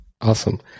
Awesome